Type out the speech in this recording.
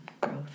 growth